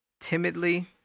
Timidly